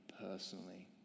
personally